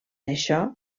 això